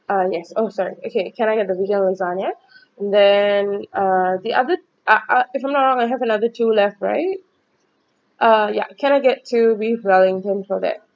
ah yes oh sorry okay can I get the vegan lasagna and then uh the other uh uh if I'm not wrong I have another two left right uh ya can I get two beef wellington for that